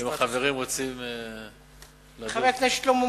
חבר הכנסת שלמה מולה?